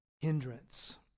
hindrance